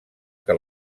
que